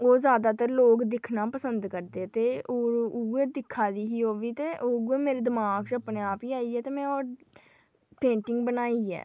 ओह् ज़्यादातर लोग दिखना पसंद करदे ते उ'यै दिक्खा दी ही ओह् बी ते उ'यै मेरे दमाग च अपने आप गै आई आ ते में ओह् पेंटिंग बनाई ऐ